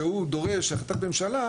שהוא דורש החלטת ממשלה,